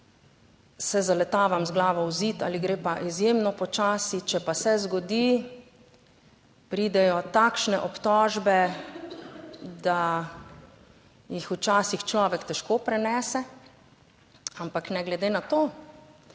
se zaletavam z glavo v zid ali gre pa izjemno počasi, če pa se zgodi, pridejo takšne obtožbe, da jih včasih človek težko prenese. Ampak ne glede na to